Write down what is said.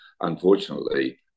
unfortunately